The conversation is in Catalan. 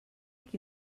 qui